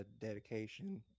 dedication